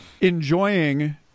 enjoying